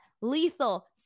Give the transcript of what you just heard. Lethal